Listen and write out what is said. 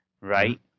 right